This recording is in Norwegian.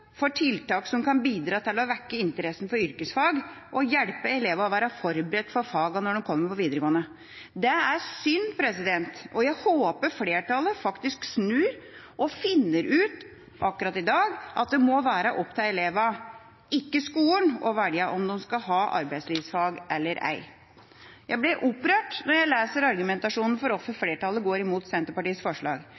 for tiltak som kan bidra til å vekke interessen for yrkesfag og hjelpe elevene til å være forberedt for fagene når de kommer på videregående. Det er synd, og jeg håper flertallet faktisk snur og finner ut akkurat i dag at det må være opp til elevene og ikke skolen å velge om de skal ha arbeidslivsfag eller ei. Jeg blir opprørt når jeg leser argumentasjonen for hvorfor flertallet går imot Senterpartiets forslag.